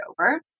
over